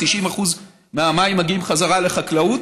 90% מהמים מגיעים חזרה לחקלאות,